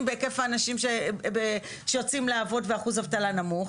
בהיקף האנשים שיוצאים לעבוד ובאחוז אבטלה נמוך.